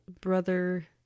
brother